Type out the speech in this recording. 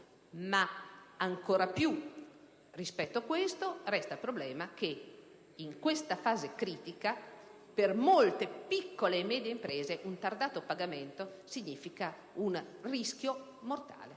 Ancora più, rispetto a questo, resta il problema che in questa fase critica per molte piccole e medie imprese un ritardato pagamento significa un rischio mortale